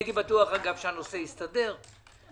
הייתי בטוח שהנושא הסתדר אגב.